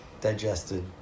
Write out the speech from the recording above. digested